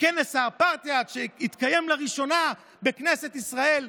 מכנס האפרטהייד שהתקיים לראשונה בכנסת ישראל,